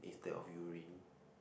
instead of urine